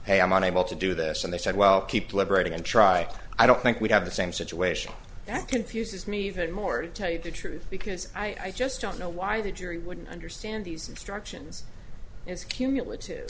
hey i'm unable to do this and they said well keep deliberating and try i don't think we have the same situation that confuses me even more to tell you the truth because i just don't know why the jury wouldn't understand these instructions it's cumulative